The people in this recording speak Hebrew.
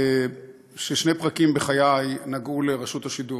ששני פרקים בחיי נגעו לרשות השידור: